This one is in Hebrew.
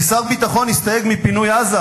כשר ביטחון הסתייג מפינוי עזה,